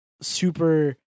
super